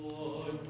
Lord